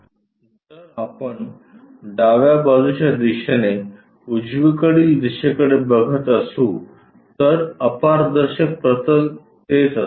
जर आपण डाव्या बाजूच्या दिशेने उजवीकडील दिशेकडे बघत असू तर अपारदर्शक प्रतल तेच असेल